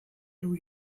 two